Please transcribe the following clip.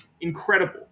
incredible